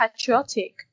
patriotic